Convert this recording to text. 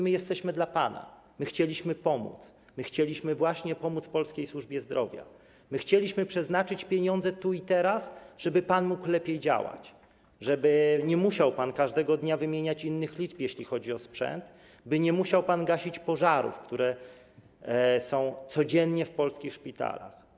My jesteśmy dla pana, my chcieliśmy pomóc, my chcieliśmy właśnie pomóc polskiej służbie zdrowia, my chcieliśmy przeznaczyć pieniądze tu i teraz, żeby pan mógł lepiej działać, żeby nie musiał pan każdego dnia wymieniać innych liczb, jeśli chodzi o sprzęt, by nie musiał pan gasić pożarów, które są codziennie w polskich szpitalach.